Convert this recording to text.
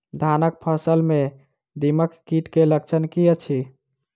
धानक फसल मे दीमक कीट केँ लक्षण की अछि?